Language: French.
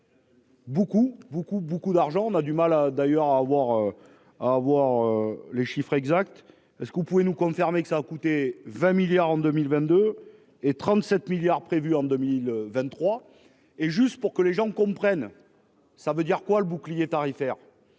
beaucoup beaucoup d'argent, on a du mal à d'ailleurs à avoir. À avoir les chiffres exacts. Est ce que vous pouvez nous confirmer que ça a coûté 20 milliards en 2022 et 37 milliards prévus en 2023 et juste pour que les gens comprennent. Ça veut dire quoi. Le bouclier tarifaire.